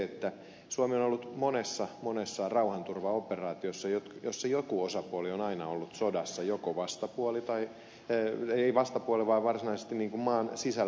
ensinnäkin suomi on ollut monessa monessa rauhanturvaoperaatiossa joissa joku osapuoli on aina ollut sodassa joku vastapuoli tai köyhin vastapuolella varsinaisesti niin maan sisällä